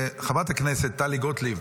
חברת הכנסת טלי גוטליב,